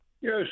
Yes